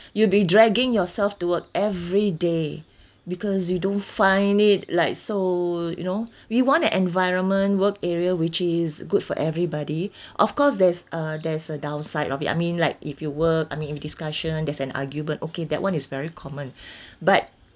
you will be dragging yourself to work every day because you don't find it like so you know we want an environment work area which is good for everybody of course there's uh there's a downside of it I mean like if you work I mean in discussion there's an argument okay that [one] is very common but